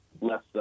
less